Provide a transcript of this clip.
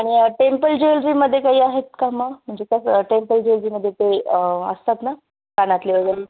आणि टेम्पल ज्वेलरीमध्ये काही आहेत का म म्हणजे कसं टेम्पल ज्वेलरीमध्ये ते असतात ना कानातली वगैरे